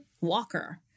Walker